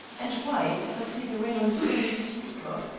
and why, if i see the ring on the finger you speak of,